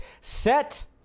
set